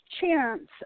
chance